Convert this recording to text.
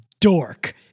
dork